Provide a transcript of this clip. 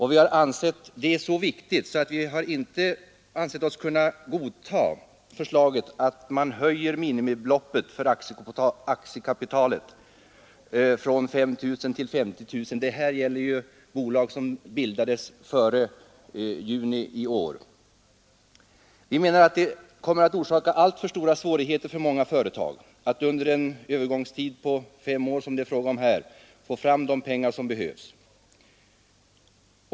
Vi har ansett det så viktigt, att vi inte har ansett oss kunna godta förslaget att minimibeloppet för aktiekapitalet höjs från 5 000 till 50 000 kronor — detta gäller ju bolag som bildades före juni i år. Vi menar att det kommer att medföra alltför stora svårigheter för många företag att under den övergångstid på fem år, som det är fråga om här, få fram de pengar som behövs.